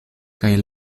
kaj